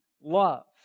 Love